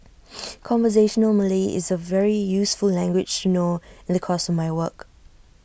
conversational Malay is A very useful language to know in the course of my work